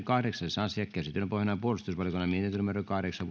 kahdeksas asia käsittelyn pohjana on puolustusvaliokunnan mietintö kahdeksan